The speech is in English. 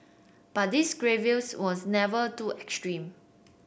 but these grievance was never too extreme